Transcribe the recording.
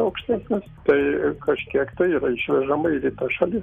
aukštesnis tai kažkiek tai yra išvežama ir į tas šalis